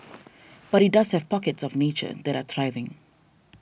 but it does have pockets of nature that are thriving